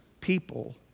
people